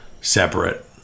separate